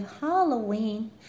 Halloween